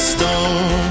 Stone